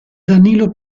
danilo